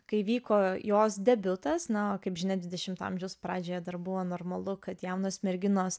kai vyko jos debiutas na o kaip žinia dvidešimto amžiaus pradžioje dar buvo normalu kad jaunos merginos